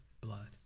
blood